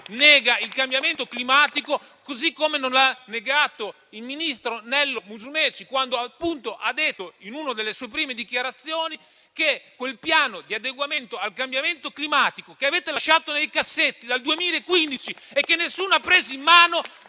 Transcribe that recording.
neghi il cambiamento climatico, così come non lo ha negato il ministro Nello Musumeci quando ha detto, in una delle sue prime dichiarazioni, che quel piano di adeguamento al cambiamento climatico che avete lasciato nei cassetti dal 2015 e che nessuno ha preso in mano